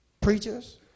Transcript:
Preachers